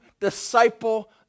disciple